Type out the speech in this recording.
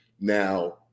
now